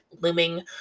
looming